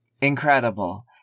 Incredible